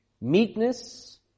meekness